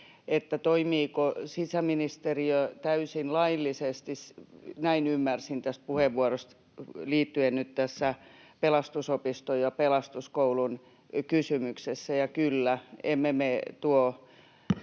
toimiiko sisäministeriö täysin laillisesti — näin ymmärsin tästä puheenvuorosta — tässä Pelastusopiston ja Pelastuskoulun kysymyksessä.